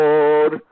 Lord